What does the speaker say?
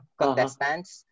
contestants